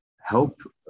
help